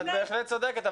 את בהחלט צודקת,